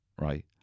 right